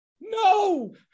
No